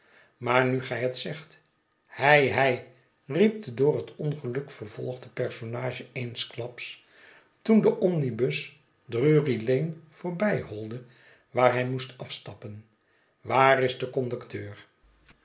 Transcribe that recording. maar nu gij het zegt hei hei riep de door het ongeluk vervolgde personage eensklaps toen de omnibus drury lane voorbij holde waar hij moest afstappen waar is de conducteur